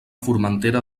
formentera